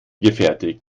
gefertigt